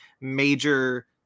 major